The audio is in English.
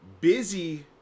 Busy